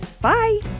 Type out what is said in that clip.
Bye